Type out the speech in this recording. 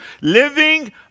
living